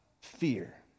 fear